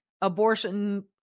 abortion